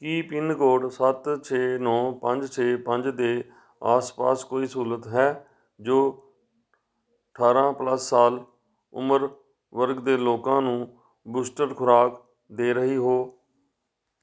ਕੀ pin code ਸੱਤ ਛੇ ਨੌਂ ਪੰਜ ਛੇ ਪੰਜ ਦੇ ਆਸ ਪਾਸ ਕੋਈ ਸਹੂਲਤ ਹੈ ਜੋ ਅਠਾਰ੍ਹਾਂ ਪਲੱਸ ਸਾਲ ਉਮਰ ਵਰਗ ਦੇ ਲੋਕਾਂ ਨੂੰ ਬੂਸਟਰ ਖੁਰਾਕ ਦੇ ਰਹੇ ਹੋ